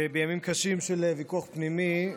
בימים קשים של ויכוח פנימי,